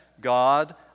God